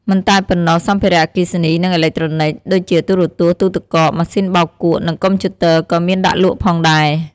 មិនតែប៉ុណ្ណោះ សម្ភារៈអគ្គិសនី និងអេឡិចត្រូនិក ដូចជាទូរទស្សន៍ ទូទឹកកក ម៉ាស៊ីនបោកគក់ និងកុំព្យូទ័រ ក៏មានដាក់លក់ផងដែរ។